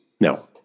No